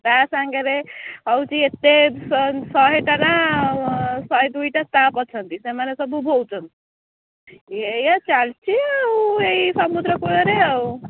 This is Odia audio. ତା ସାଙ୍ଗରେ ହେଉଛି ଏତେ ଶହେଟା ଶହେ ଦୁଇଟା ଷ୍ଟାପ୍ ଅଛନ୍ତି ସେମାନେ ସବୁ ବହୁଛନ୍ତି ଏଇଆ ଚାଲିଛି ଆଉ ଏଇ ସମୁଦ୍ରକୂଳରେ ଆଉ